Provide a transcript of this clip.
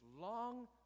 long